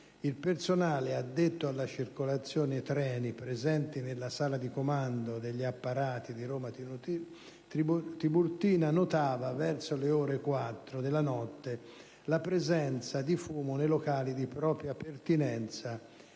il personale addetto alla circolazione treni presente nella sala di comando degli apparati di Roma Tiburtina notava verso le ore 4 del mattino la presenza di fumo nei locali di propria pertinenza